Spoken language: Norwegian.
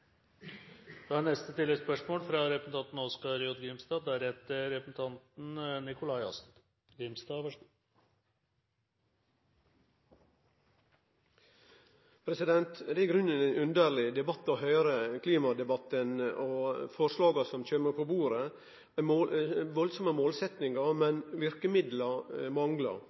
Oskar J. Grimstad – til oppfølgingsspørsmål. Det er i grunnen ein underleg debatt å høyre på – klimadebatten og forslaga som kjem på bordet. Det er veldige målsetjingar, men verkemidla manglar.